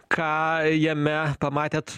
ką jame pamatėt